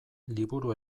liburu